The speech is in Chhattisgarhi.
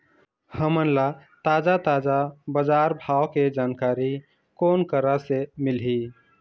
हमन ला ताजा ताजा बजार भाव के जानकारी कोन करा से मिलही?